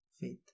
faith